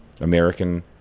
American